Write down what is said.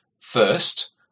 First